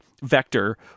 vector